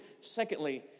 Secondly